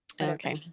Okay